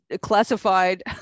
classified